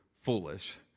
foolish